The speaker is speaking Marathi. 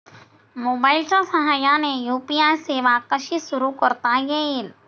मोबाईलच्या साहाय्याने यू.पी.आय सेवा कशी सुरू करता येईल?